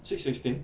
six sixteen